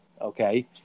Okay